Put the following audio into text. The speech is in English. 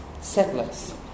settlers